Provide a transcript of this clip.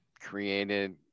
created